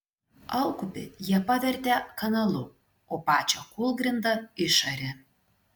alkupį jie pavertė kanalu o pačią kūlgrindą išarė